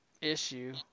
issue